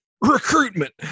Recruitment